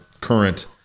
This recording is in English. current